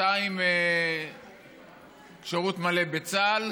שתיים שירתו שירות מלא בצה"ל,